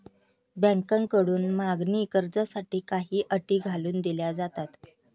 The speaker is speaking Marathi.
बँकांकडून मागणी कर्जासाठी काही अटी घालून दिल्या जातात